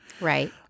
Right